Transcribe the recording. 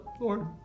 Lord